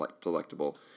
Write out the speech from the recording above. delectable